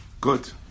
good